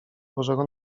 bożego